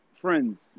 friends